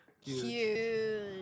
Huge